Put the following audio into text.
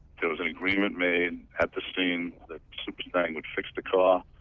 there was an agreement made at the scene that super stang would fix the car.